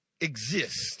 exist